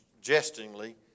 jestingly